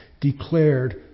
declared